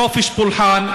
חופש פולחן,